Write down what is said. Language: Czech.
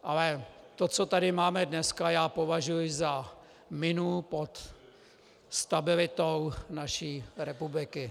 Ale to, co tady máme dneska, považuji za minu pod stabilitou naší republiky.